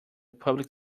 public